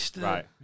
Right